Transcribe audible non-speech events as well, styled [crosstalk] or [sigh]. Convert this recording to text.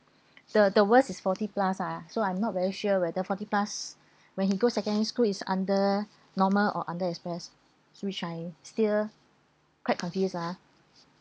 [breath] the the worst is forty plus ah so I'm not very sure whether forty plus [breath] when he goes secondary school is under normal or under express which I still quite confuse lah